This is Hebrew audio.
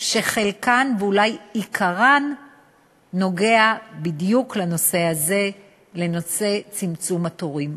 שחלקן ואולי עיקרן נוגע בדיוק לנושא הזה של צמצום התורים.